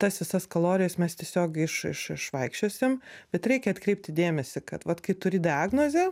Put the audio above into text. tas visas kalorijas mes tiesiog iš iš išvaikščiosim bet reikia atkreipti dėmesį kad vat kai turi diagnozę